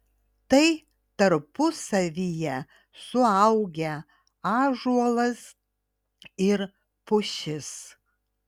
tai tarpusavyje suaugę ąžuolas ir pušis